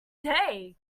day